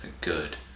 good